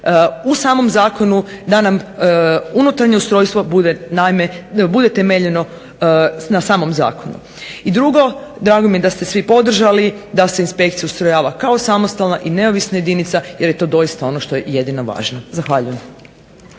u samom zakonu da nam unutarnje ustrojstvo bude temeljeno na samom Zakonu. I drugo drago mi je da ste svi podržali da se inspekcija ustrojava kao samostalna i neovisna jedinica jer je to doista što je jedino važno. **Batinić,